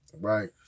right